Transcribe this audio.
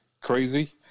crazy